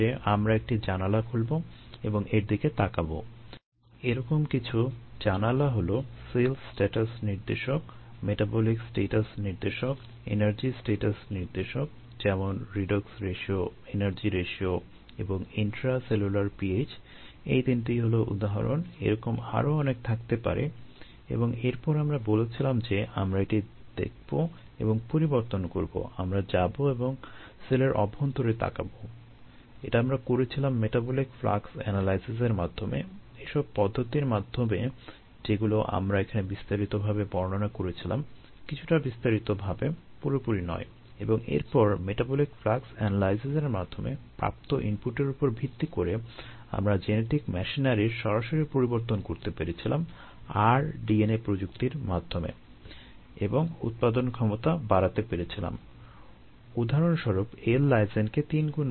একটি ব্যাকটেরিয়াম সরাসরি পরিবর্তন করতে পেরেছিলাম rDNA প্রযুক্তির মাধ্যমে এবং উৎপাদনক্ষমতা বাড়াতে পেরেছিলাম উদাহরণস্বরূপ l লাইসিনকে 3 গুণ বাড়িয়েছিলাম